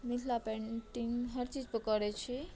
Mithila painting हर चीजपर करैत छी